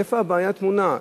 איפה הבעיה טמונה.